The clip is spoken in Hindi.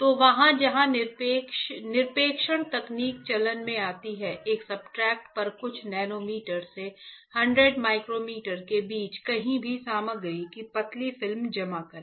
तो वहाँ जहाँ निक्षेपण तकनीक चलन में आती है एक सब्सट्रेट पर कुछ नैनोमीटर से 100 माइक्रोमीटर के बीच कहीं भी सामग्री की पतली फिल्म जमा करें